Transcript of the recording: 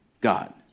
God